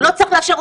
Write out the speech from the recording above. הוא לא צריך לאשר,